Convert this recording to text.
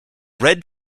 red